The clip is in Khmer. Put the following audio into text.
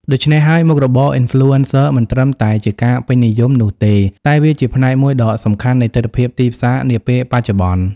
ដូច្នេះហើយ មុខរបរ Influencer មិនត្រឹមតែជាការពេញនិយមនោះទេ តែវាជាផ្នែកមួយដ៏សំខាន់នៃទិដ្ឋភាពទីផ្សារនាពេលបច្ចុប្បន្ន។